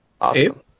Awesome